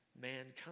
mankind